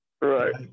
Right